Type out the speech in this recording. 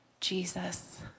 Jesus